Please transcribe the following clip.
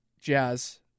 Jazz